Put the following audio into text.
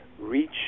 reach